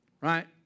Right